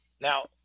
now